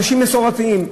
אנשים מסורתיים,